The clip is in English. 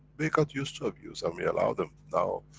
they got used to abuse and we allow them. now.